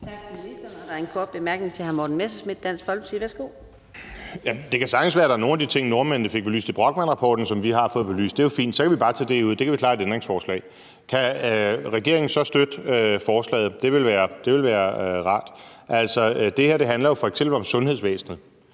Tak til ministeren. Der er en kort bemærkning til hr. Morten Messerschmidt, Dansk Folkeparti. Værsgo. Kl. 14:34 Morten Messerschmidt (DF): Det kan sagtens være, at der er nogle af de ting, nordmændene fik belyst i Brochmannrapporten, som vi har fået belyst. Det er jo fint, så kan vi bare tage det ud. Det kan vi klare i et ændringsforslag. Kan regeringen så støtte forslaget? Det ville være rart. Altså, det her handler f.eks. om sundhedsvæsenet.